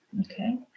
okay